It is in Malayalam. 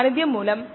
75 761